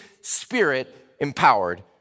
spirit-empowered